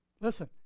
Listen